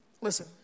Listen